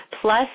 Plus